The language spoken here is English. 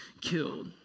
killed